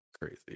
Crazy